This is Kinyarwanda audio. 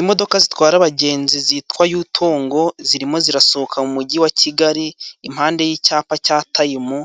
Imodoka zitwara abagenzi zitwa Yutungo zirimo zirasohoka mu mugi wa Kigali, impande y'icyapa cya tayimu,